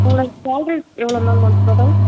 உங்களோடய சேலரி எவ்வளோ ma'am one